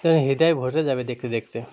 এহেন হৃদয় ভরে যাবে দেখতে দেখতে